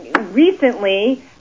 Recently